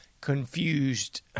confused